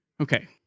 Okay